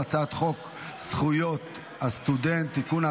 הצעת חוק זכויות הסטודנט (תיקון,